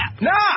Nah